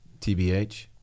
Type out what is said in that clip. TBH